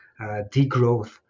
degrowth